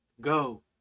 go